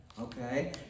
Okay